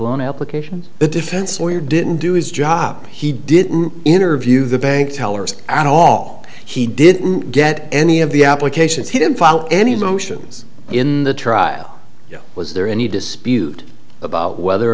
loan applications the defense lawyer didn't do his job he didn't interview the bank tellers at all he didn't get any of the applications he didn't file any motions in the trial was there any dispute about whether